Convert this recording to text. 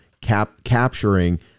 capturing